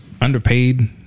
Underpaid